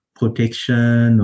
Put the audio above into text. protection